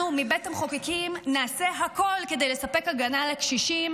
אנחנו בבית המחוקקים נעשה הכול כדי לספק הגנה לקשישים,